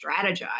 strategize